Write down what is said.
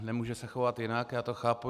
Nemůže se chovat jinak, já to chápu.